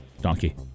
Donkey